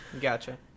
Gotcha